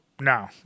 no